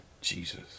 Jesus